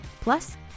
Plus